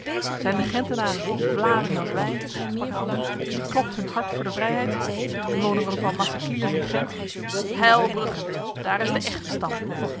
zijn de gentenaren vlamingen als wij sprak een andere klopt hun hart voor de vrijheid en wonen er ook wel macecliers in gent heil brugge daar is de echte stam